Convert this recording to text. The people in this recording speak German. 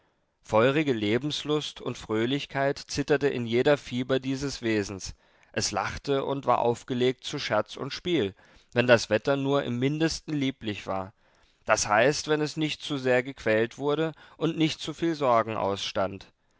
feurige lebenslust und fröhlichkeit zitterte in jeder fiber dieses wesens es lachte und war aufgelegt zu scherz und spiel wenn das wetter nur im mindesten lieblich war d h wenn es nicht zu sehr gequält wurde und nicht zu viel sorgen ausstand